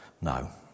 No